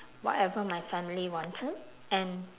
whatever my family wanted and